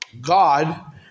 God